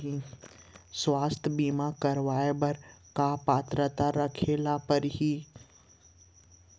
स्वास्थ्य बीमा करवाय बर का पात्रता रखे ल परही?